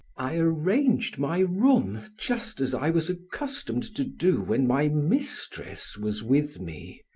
i arranged my room just as i was accustomed to do when my mistress was with me.